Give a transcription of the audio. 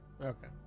Okay